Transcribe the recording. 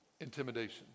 Intimidation